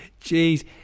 Jeez